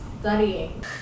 studying